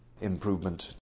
improvement